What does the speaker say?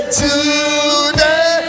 today